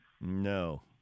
No